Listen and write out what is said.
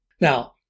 Now